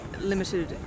limited